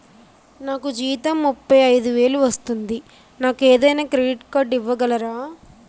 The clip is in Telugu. నాకు జీతం ముప్పై ఐదు వేలు వస్తుంది నాకు ఏదైనా క్రెడిట్ కార్డ్ ఇవ్వగలరా?